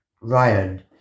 Ryan